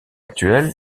actuel